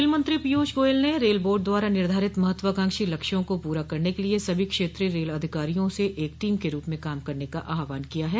rail मंत्री पीयूष गोयल ने rail board द्वारा निर्धारित महत्वाकांक्षी लक्ष्यों को पूरा करने के लिए सभी क्षेत्रीय रेल अधिकारियों से एक टीम के रूप में काम करने का आह्वान किया है